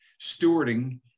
stewarding